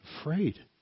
afraid